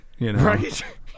Right